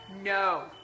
No